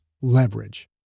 leverage